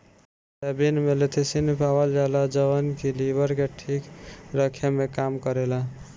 soybean में lecithin पावल जाला जवन की लीवर के ठीक रखे में काम करेला